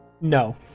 No